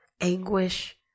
anguish